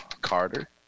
Carter